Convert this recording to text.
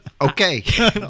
Okay